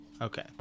Okay